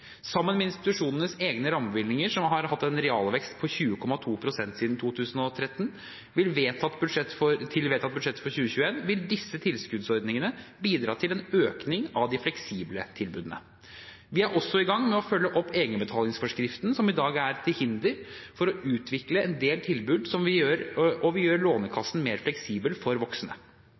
Sammen med institusjonenes egne rammebevilgninger, som har hatt en realvekst på 20,2 pst. siden 2013 til vedtatt budsjett for 2021, vil disse tilskuddsordningene bidra til en økning av de fleksible tilbudene. Vi er også i gang med å følge opp egenbetalingsforskriften, som i dag er til hinder for å utvikle en del tilbud, og vi gjør Lånekassen mer fleksibel for voksne.